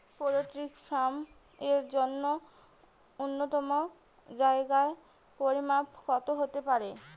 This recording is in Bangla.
পোল্ট্রি ফার্ম এর জন্য নূন্যতম জায়গার পরিমাপ কত হতে পারে?